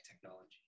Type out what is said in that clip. technology